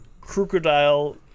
crocodile